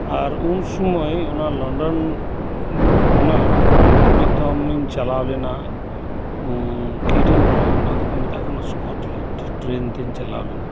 ᱟᱨ ᱩᱱ ᱥᱩᱢᱟᱹᱭ ᱚᱱᱟ ᱞᱚᱱᱰᱚᱱ ᱠᱷᱚᱱᱟᱜ ᱢᱤᱫᱽᱫᱷᱚᱢ ᱤᱧ ᱪᱟᱞᱟᱣ ᱞᱮᱱᱟ ᱤᱰᱮᱱ ᱵᱨᱟ ᱚᱱᱟᱫᱚᱠᱚ ᱢᱮᱛᱟᱜ ᱠᱟᱱᱟ ᱥᱠᱚᱴᱞᱮᱱᱰ ᱴᱨᱮᱱ ᱛᱮᱧ ᱪᱟᱞᱟᱣ ᱞᱮᱱᱟ